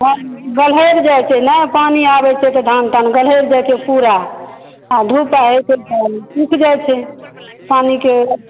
हँ तऽ गहरि जाइ छै पानी आबै छै तऽ धान तान गहरि जाइ छै पूरा आ धूप आबै छै तऽ सूखि जाइय छै पानिके